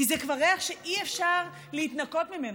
כי זה ריח שאי-אפשר להתנקות ממנו,